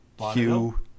Hugh